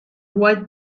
white